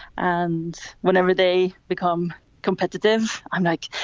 and whenever they become competitive, i'm like,